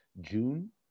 June